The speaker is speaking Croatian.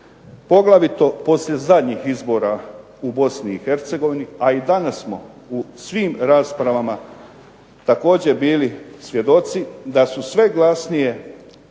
poglavito poslije zadnjih izbora u Bosni i Hercegovini, a i danas smo u svim raspravama također bili svjedoci da su sve glasnije